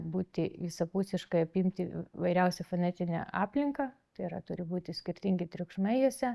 būti visapusiškai apimti įvairiausią fonetinę aplinką tai yra turi būti skirtingi triukšmai juose